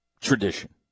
Tradition